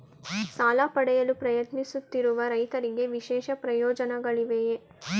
ಸಾಲ ಪಡೆಯಲು ಪ್ರಯತ್ನಿಸುತ್ತಿರುವ ರೈತರಿಗೆ ವಿಶೇಷ ಪ್ರಯೋಜನಗಳಿವೆಯೇ?